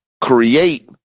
create